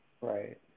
Right